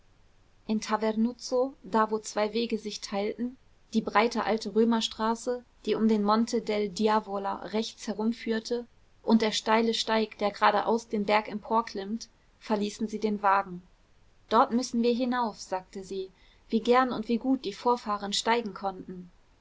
in tavernuzzo da wo zwei wege sich teilen die breite alte römerstraße die um den monte del diavola rechts herumführt und der steile steig der geradeaus den berg emporklimmt verließen sie den wagen dort müssen wir hinauf sagte sie wie gern und wie gut die vorfahren steigen konnten